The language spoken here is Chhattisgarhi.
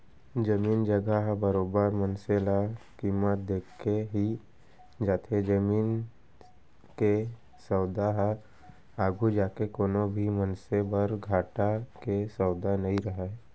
जमीन जघा ह बरोबर मनसे ल कीमत देके ही जाथे जमीन के सौदा ह आघू जाके कोनो भी मनसे बर घाटा के सौदा नइ रहय